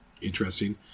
Interesting